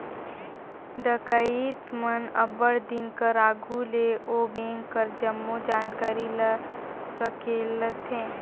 डकइत मन अब्बड़ दिन कर आघु ले ओ बेंक कर जम्मो जानकारी ल संकेलथें